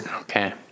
Okay